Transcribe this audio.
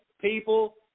people